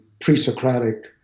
pre-Socratic